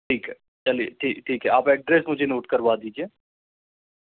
ठीक है चलिये ठी ठीक है आप एड्रेस मुझे नोट करवा दीजिए